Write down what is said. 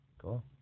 Cool